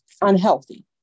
unhealthy